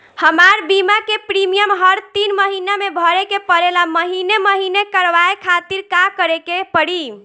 हमार बीमा के प्रीमियम हर तीन महिना में भरे के पड़ेला महीने महीने करवाए खातिर का करे के पड़ी?